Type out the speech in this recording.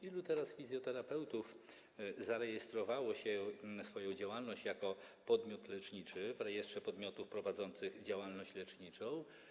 Ilu fizjoterapeutów zarejestrowało swoją działalność jako podmioty lecznicze w rejestrze podmiotów prowadzących działalność leczniczą?